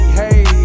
hey